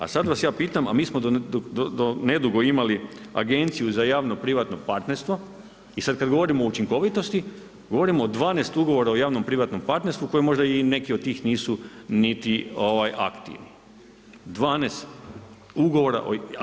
A sada vas ja pitam a mi smo do nedugo imali Agenciju za javno privatno partnerstvo i sada kada govorimo o učinkovitosti govorimo o 12 ugovora o javnom privatnom partnerstvu koje možda i neki od tih nisu niti aktivni, 12 ugovora.